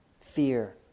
fear